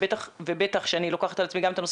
ובטח ובטח שאני לוקחת על עצמי גם את הנושא